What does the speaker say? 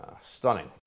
Stunning